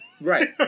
Right